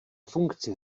funkci